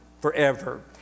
forever